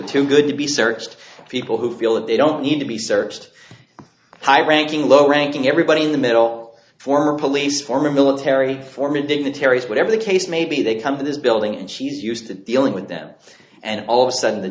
too good to be searched people who feel that they don't need to be searched high ranking low ranking everybody in the middle former police former military former dignitaries whatever the case may be they come to this building and she is used to dealing with them and all of a sudden the